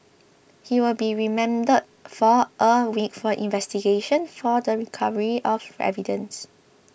he will be remanded for a week for investigation for the recovery of evidence